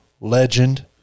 legend